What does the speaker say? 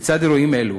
לצד אירועים אלו